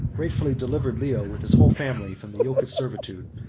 gratefully delivered leo, with his whole family, from the yoke of servitude,